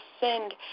send